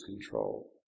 control